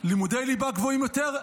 לימודי ליבה גבוהים יותר,